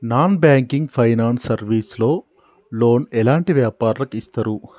Non banking finance service లో loan ఎలాంటి వ్యాపారులకు ఇస్తరు?